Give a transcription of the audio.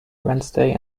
wednesday